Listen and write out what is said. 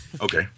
Okay